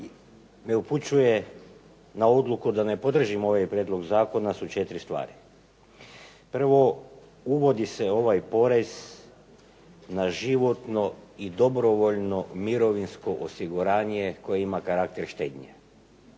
ne upućuje na odluku da ne podržim ovaj prijedlog zakona su 4 stvri. Prvo, uvodi se ovaj porez na životno i dobrovoljno mirovinsko osiguranje koje ima karakter štednje.